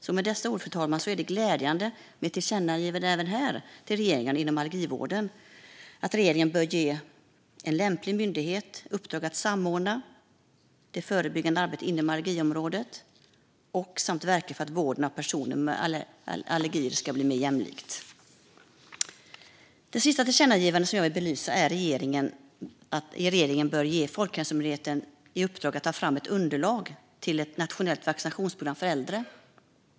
Mot denna bakgrund, fru talman, är det glädjande med ett tillkännagivande till regeringen om att den när det gäller allergivården bör ge en lämplig myndighet i uppdrag att samordna det förebyggande arbetet inom allergiområdet samt verka för att vården av personer med allergier ska bli mer jämlik. Det sista tillkännagivande som jag vill belysa är det som handlar om att regeringen bör ge Folkhälsomyndigheten i uppdrag att ta fram ett underlag till ett nationellt vaccinationsprogram för äldre.